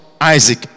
Isaac